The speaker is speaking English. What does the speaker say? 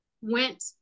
went